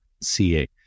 ca